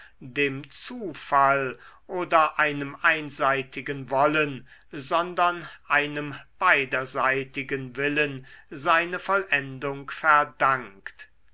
dem zufall oder einem einseitigen wollen sondern einem beiderseitigen willen seine vollendung verdankt